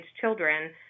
children